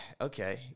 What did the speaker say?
Okay